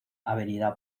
avenida